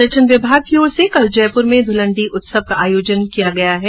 पर्यटन विभाग की ओर से कल जयपुर में धूलंडी उत्सव का आयोजन किया जाएगा